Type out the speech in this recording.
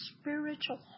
spiritual